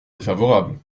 défavorable